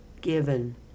given